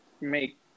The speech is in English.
make